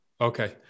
Okay